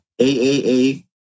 AAA